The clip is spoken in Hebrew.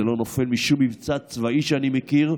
זה לא נופל משום מבצע צבאי שאני מכיר,